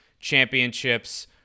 Championships